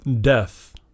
death